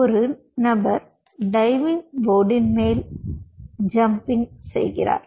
ஒரு நபர் டைவிங் போர்டின் மேல் தம்பிங் செயகிறார்